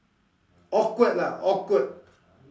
awkward ah awkward